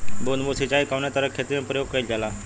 बूंद बूंद सिंचाई कवने तरह के खेती में प्रयोग कइलजाला?